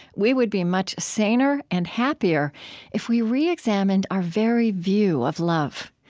we would be much saner and happier if we reexamined our very view of love.